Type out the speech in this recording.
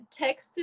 texted